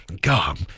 God